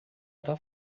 era